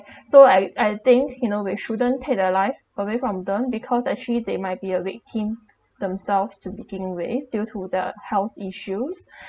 so I I think you know we shouldn't take their life away from them because actually they might be a victim themselves to begin with due to the health issues